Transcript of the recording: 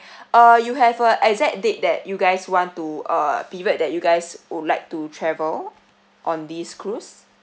uh you have uh exact date that you guys want to uh period that you guys would like to travel on this cruise